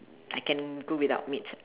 I can go without meat